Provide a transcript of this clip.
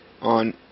on